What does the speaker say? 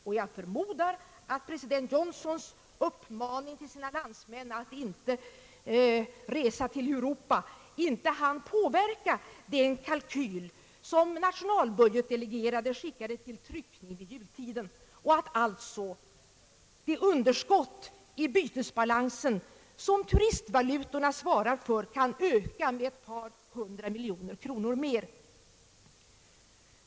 Och jag förmodar att president Johnsons uppmaning till sina landsmän att inhibera europaresorna inte hann påverka den kalkyl som nationalbudgetdelegerade skickade till tryckning vid jultiden och att alltså det underskott i bytesbalansen som turistvalutorna svarar för kan öka med ett par hundra miljoner kronor.